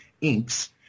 inks